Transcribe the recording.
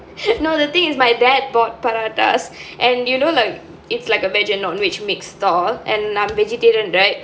no the thing is my dad bought parottas and you know like it's like a version of vegetarian and I'm vegetarian right